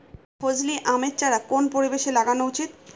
ফজলি আমের চারা কোন পরিবেশে লাগানো উচিৎ?